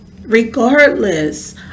regardless